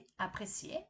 apprécier